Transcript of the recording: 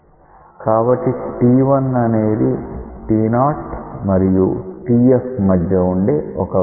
కాబట్టి t i అనేది t0 మరియు tf మధ్య వుండే ఒక వేరియబుల్